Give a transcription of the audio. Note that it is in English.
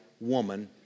woman